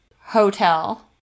hotel